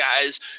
guys